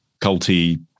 culty